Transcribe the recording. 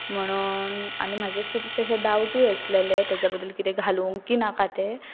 म्हणून आनी म्हाजे खुबशे अशें डावटूय आसलेलें तेज्या बद्दल कितें घालूंक की नाका तें